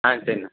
ஆ சரிண்ண